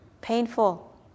painful